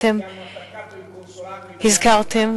אתם הזכרתם,